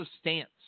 stance